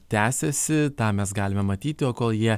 tęsiasi tą mes galime matyti o kol jie